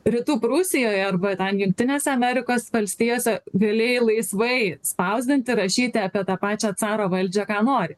rytų prūsijoje arba ten jungtinėse amerikos valstijose galėjai laisvai spausdinti rašyti apie tą pačią caro valdžią ką nori